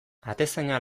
atezaina